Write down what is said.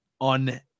on